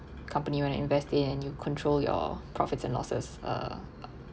company you want to invest in you control your profits and losses uh